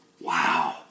Wow